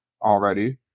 already